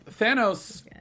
Thanos